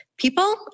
people